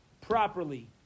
properly